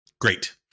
Great